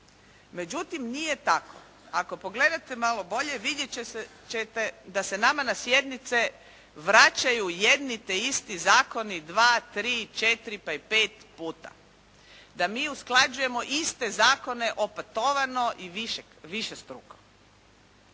Međutim, nije tako. Ako pogledate malo bolje vidjet ćete da se nama na sjednice vraćaju jedni te isti zakoni dva, tri, četiri, pa i pet puta. Da mi usklađujemo iste zakone opetovano i višestruko.